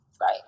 Right